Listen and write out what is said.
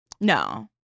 No